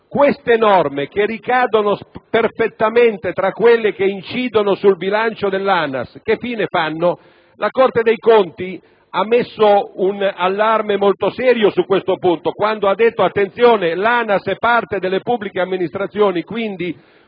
tali norme, che ricadono perfettamente tra quelle che incidono sul bilancio dell'ANAS, che fine fanno? La Corte dei conti ha lanciato un allarme molto serio su questo punto quando ha detto che l'ANAS è parte delle pubbliche amministrazioni; quindi,